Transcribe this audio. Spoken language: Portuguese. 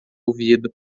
ouvido